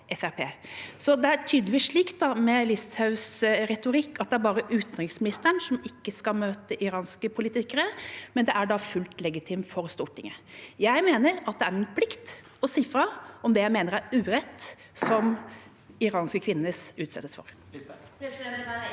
det er tydeligvis – ut fra Listhaugs retorikk – bare utenriksministeren som ikke skal møte iranske politikere, mens det er fullt ut legitimt for Stortinget. Jeg mener at det er min plikt å si fra om den uretten som iranske kvinner utsettes for.